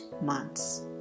months